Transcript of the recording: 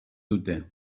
dute